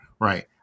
Right